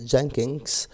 Jenkins